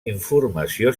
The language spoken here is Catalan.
informació